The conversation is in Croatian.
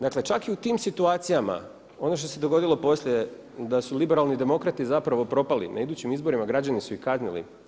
Dakle čak i u tim situacijama ono što se dogodilo poslije da su liberalni demokrati zapravo propali, na idućim izborima građani su ih kaznili.